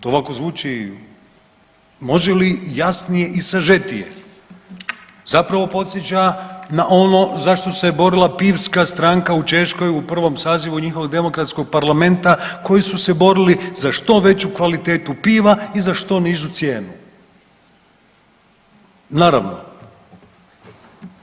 To ovako zvuči, može li jasnije i sažetije, zapravo podsjeća na ono zašto se borila Pivska stranka u Češkoj u prvom sazivu njihovog Demokratskog parlamenta koji su se borili za što veću kvalitetu piva i za što nižu cijenu, naravno.